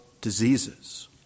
diseases